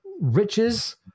riches